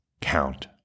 count